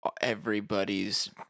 everybody's